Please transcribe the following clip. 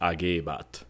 Agebat